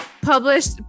published